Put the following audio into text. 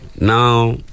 now